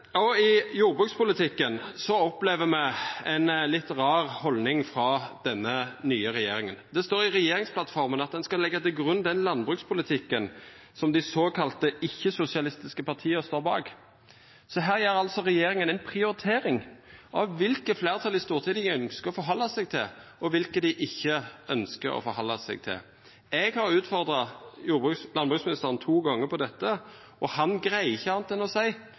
Òg i jordbrukspolitikken opplever me ei litt rar haldning frå denne nye regjeringa. Det står i regjeringsplattforma at ein skal leggja til grunn den landbrukspolitikken som dei såkalla ikkje-sosialistiske partia står bak. Her gjer altså regjeringa ei prioritering av kva fleirtal i Stortinget dei ønskjer å halda seg til, og kva fleirtal dei ikkje ønskjer å halda seg til. Eg har utfordra landbruksministeren på dette to gonger, og han greier ikkje anna enn å seia at det er den